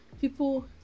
people